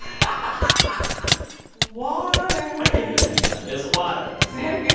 and water i gave you a hint. yeah, it's water sam yeah